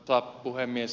arvoisa puhemies